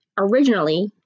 originally